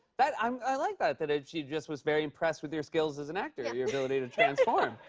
but um i like that, that ah she just was very impressed with your skills as an actor. yeah. your ability to transform.